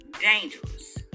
dangerous